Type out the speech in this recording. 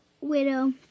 widow